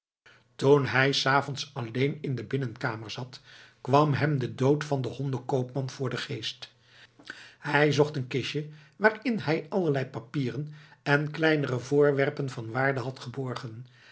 toen hij s avonds alleen in de binnenkamer zat kwam hem de dood van den hondenkoopman voor den geest hij zocht een kistje waarin hij allerlei papieren en kleinere voorwerpen van waarde had geborgen